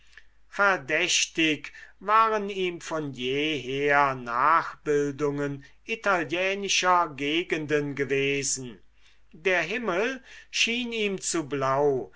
verdächtig waren ihm von jeher nachbildungen italienischer gegenden gewesen der himmel schien ihm zu blau